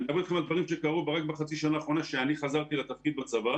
אני מדבר אתך על דברים שקרו בחצי השנה האחרונה עת חזרתי לתפקיד בצבא